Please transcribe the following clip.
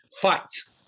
Fact